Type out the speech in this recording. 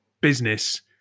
business